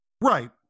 Right